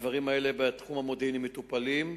הדברים האלה, בתחום המודיעיני, מטופלים.